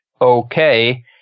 okay